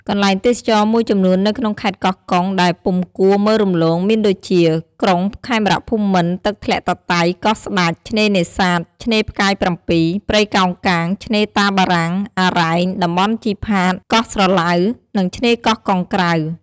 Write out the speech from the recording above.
កន្លែងទេសចរណ៍មួយចំនួននៅក្នុងខេត្តកោះកុងដែលពុំគួរមើលរំលង មានដូចជា ក្រុងខេមរភូមិន្ទ ទឹកធ្លាក់តាតៃ កោះស្ដេច ឆ្នេរនេសាទ ឆ្នេរផ្កាយ៧ ព្រៃកោងកាង ឆ្នេរតាបារាំង អារ៉ែង តំបន់ជីផាត កោះស្រឡៅ និងឆ្នេរកោះកុងក្រៅ។